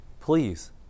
Please